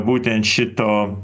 būtent šito